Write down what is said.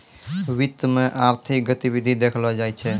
वित्त मे आर्थिक गतिविधि देखलो जाय छै